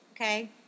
Okay